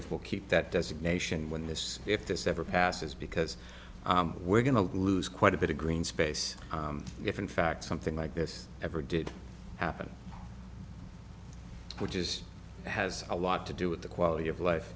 if we'll keep that designation when this if this ever passes because we're going to lose quite a bit of green space if in fact something like this ever did happen which is has a lot to do with the quality of life